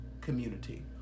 community